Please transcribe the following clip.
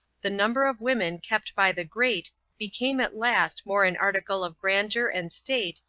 the number of women kept by the great became at last more an article of grandeur and state,